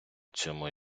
цьому